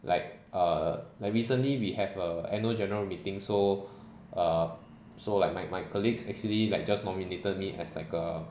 like err like recently we have a annual general meeting so err so like my my colleagues actually like just nominated me as like a